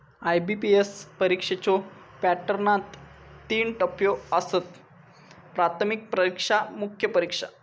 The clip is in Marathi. आय.बी.पी.एस परीक्षेच्यो पॅटर्नात तीन टप्पो आसत, प्राथमिक परीक्षा, मुख्य परीक्षा